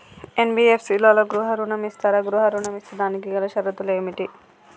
NBFC లలో గృహ ఋణం ఇస్తరా? గృహ ఋణం ఇస్తే దానికి గల షరతులు ఏమిటి?